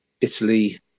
Italy